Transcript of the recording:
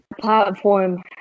platform